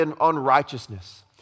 unrighteousness